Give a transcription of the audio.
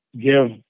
give